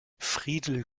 friedel